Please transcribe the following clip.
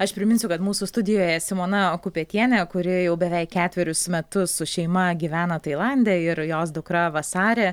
aš priminsiu kad mūsų studijoje simona kupetienė kuri jau beveik ketverius metus su šeima gyvena tailande ir jos dukra vasarė